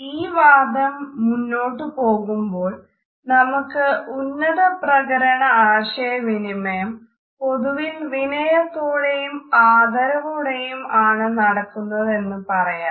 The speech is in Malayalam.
ഈ വാദം മുന്നോട്ടു പോകുമ്പോൾ നമുക്ക് ഉന്നത പ്രകരണ ആശയവിനിമയം പൊതുവിൽ വിനയത്തോടെയും ആദരവോടെയും ആണ് നടക്കുന്നതെന്ന് പറയാം